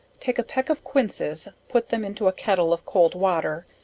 take a peck of quinces, put them into a kettle of cold water,